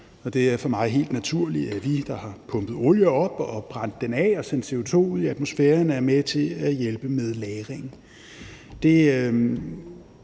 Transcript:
det er for mig helt naturligt, at vi, der har pumpet olie op og brændt den af og sendt CO2 ud i atmosfæren, er med til at hjælpe med lagringen.